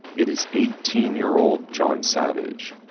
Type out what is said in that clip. it is eighteen year-old john savage,